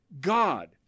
God